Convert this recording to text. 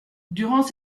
durant